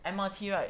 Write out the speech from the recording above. M_R_T right